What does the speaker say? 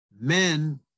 Men